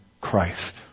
Christ